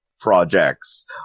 projects